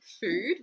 food